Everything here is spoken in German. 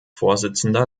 vorsitzender